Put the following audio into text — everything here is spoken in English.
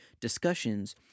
discussions